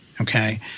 okay